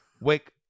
Wake